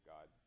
God